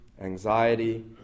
anxiety